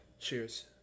Cheers